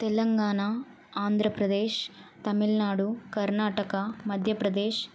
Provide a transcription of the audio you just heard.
Telangana Andhra Pradesh Tamil Nadu Karnataka Madhya Pradesh